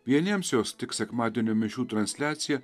vieniems jos tik sekmadienio mišių transliacija